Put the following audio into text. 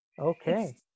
okay